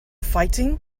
fighting